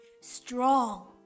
strong